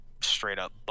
straight-up